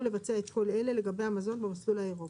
לבצע את כל אלה לגבי המזון במסלול האירופי,